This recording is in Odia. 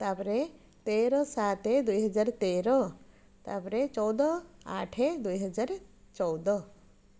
ତା'ପରେ ତେର ସାତ ଦୁଇ ହଜାର ତେର ତା'ପରେ ଚଉଦ ଆଠ ଦୁଇ ହଜାର ଚଉଦ